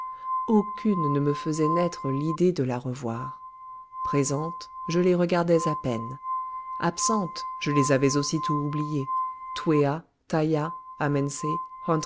aucune ne me faisait naître l'idée de la revoir présentes je les regardais à peine absentes je les avais aussitôt oubliées twéa taïa